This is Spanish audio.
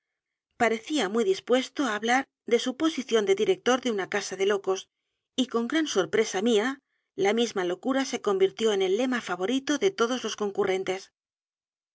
parecía muy dispuesto á hablar de su posición de director de una casa de locos y con gran sorpresa mía la misma locura se convirtió en el tema favorito de todos los concurrentes